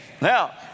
now